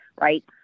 Right